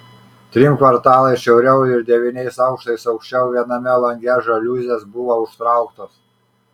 trim kvartalais šiauriau ir devyniais aukštais aukščiau viename lange žaliuzės buvo užtrauktos